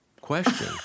question